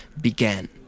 began